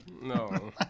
No